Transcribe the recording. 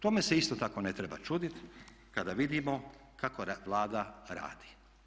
Tome se isto tako ne treba čuditi kada vidimo kako Vlada radi.